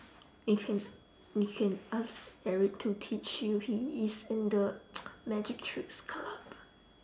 you can you can ask eric to teach you he is in the magic tricks club